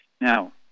Now